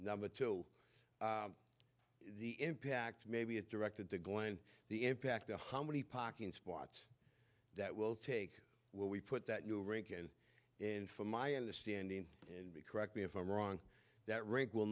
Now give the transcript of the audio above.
number two the impact maybe it directed to glenn the impact on how many parking spots that will take where we put that new rincon and from my understanding and be correct me if i'm wrong that rink will